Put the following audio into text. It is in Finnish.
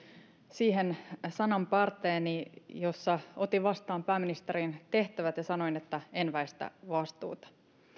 siihen sananparteeni jolla otin vastaan pääministerin tehtävät ja sanoin että en väistä vastuuta